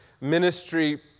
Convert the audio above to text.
ministry